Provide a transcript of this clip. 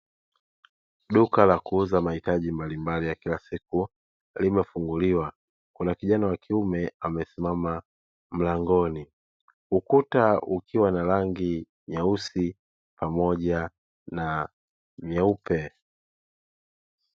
Duka la kuuza mahitaji mbalimbali ya kila siku limefunguliwa. Kuna kijana wa kiume amesimama mlangoni, ukuta ukiwa na rangi nyeusi pamoja na nyeupe.